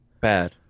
bad